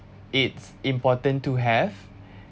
it's important to have